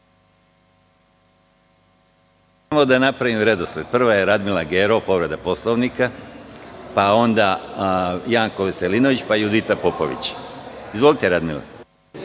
Samo da napravim redosled. Prva je Radmila Gerov, povreda Poslovnika, pa onda Janko Veselinović, pa Judita Popović. Izvolite Radmila.